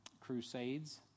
crusades